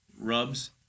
rubs